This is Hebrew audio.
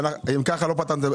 אם ככה, לא פתרתם.